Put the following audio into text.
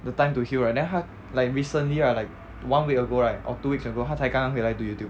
the time to heal right then 他 like recently right like one week ago right or two weeks ago 他才刚刚回来 to YouTube